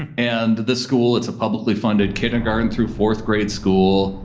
and this school, it's a publicly funded kindergarten through fourth grade school.